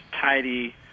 tidy